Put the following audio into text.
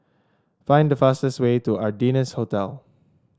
find the fastest way to The Ardennes Hotel